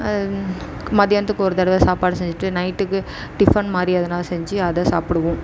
மதியானத்துக்கு ஒரு தடவை சாப்பாடு செஞ்சுட்டு நைட்டுக்கு டிஃபன் மாதிரி எதுனா செஞ்சு அதை சாப்பிடுவோம்